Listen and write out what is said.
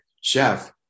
chef